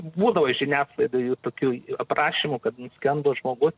būdavo žiniasklaidoj tokių aprašymų kad skendo žmogus